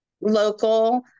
local